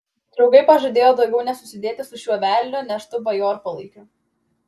draugai pažadėjo daugiau nesusidėti su šiuo velnio neštu bajorpalaikiu